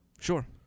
Sure